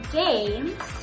games